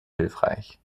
hilfreich